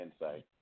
insight